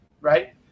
right